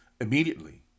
immediately